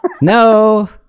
no